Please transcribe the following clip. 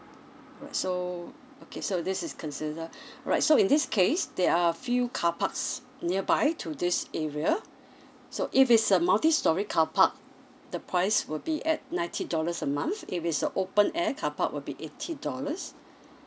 alright so okay so this is considered alright so in this case there are a few car parks nearby to this area so if it's a multi storey car park the price will be at ninety dollars a month if it's a open air car park will be eighty dollars